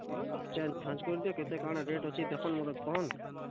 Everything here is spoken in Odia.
ହଁ ତ ଚେଞ୍ଜ୍ ଫାଞ୍ଜ୍ କରିଦିଅ କେତେ କାଣା ରେଟ୍ ଅଛି ଦେଖୁନ୍ ମତେ କହୁନ୍